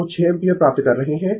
तो 6 एम्पीयर प्राप्त कर रहे है